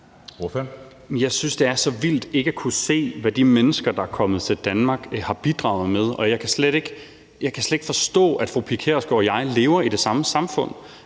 Jeg synes, det er så vildt ikke at kunne se, hvad de mennesker, der er kommet til Danmark, har bidraget med. Jeg kan slet ikke forstå, at fru Pia Kjærsgaard og jeg lever i det samme samfund.